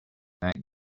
that